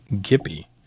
Gippy